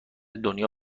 دنیا